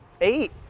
eight